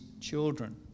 children